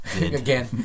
again